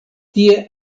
tie